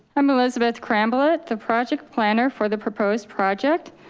i'm elizabeth kramblet, the project planner for the proposed project.